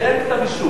על זה אין כתב-אישום.